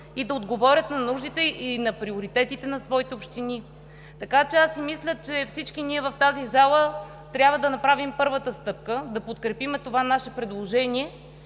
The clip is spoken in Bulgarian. да отговорят на нуждите и на приоритетите на своите общини. Така че аз мисля, че всички ние в тази зала трябва да направим първата стъпка – да подкрепим това наше предложение